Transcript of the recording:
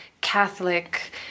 Catholic